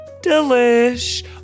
delish